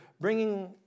bringing